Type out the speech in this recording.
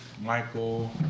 Michael